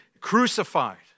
crucified